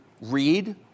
read